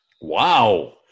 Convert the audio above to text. Wow